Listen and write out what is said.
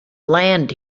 land